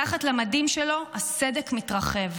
מתחת למדים שלו הסדק מתרחב.